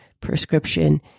prescription